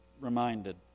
reminded